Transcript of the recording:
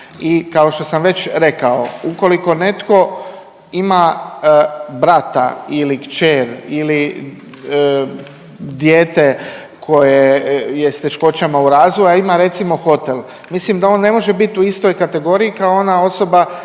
kao što sam već rekao ukoliko netko ima brata ili kćer ili dijete koje je s teškoćama u razvoju, a ima recimo hotel mislim da on ne može bit u istoj kategoriji kao ona osoba